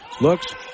looks